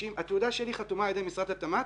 התעודה שלי חתומה על ידי משרד התמ"ת,